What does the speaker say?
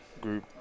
group